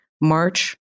March